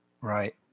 right